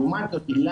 לעומת זאת, בגלל